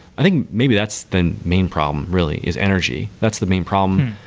i think maybe that's the main problem really is energy. that's the main problem.